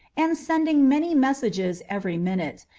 and sending many messages every minute,